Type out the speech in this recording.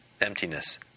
emptiness